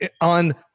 on